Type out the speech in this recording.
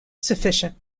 sufficient